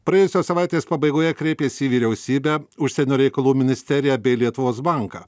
praėjusios savaitės pabaigoje kreipėsi į vyriausybę užsienio reikalų ministeriją bei lietuvos banką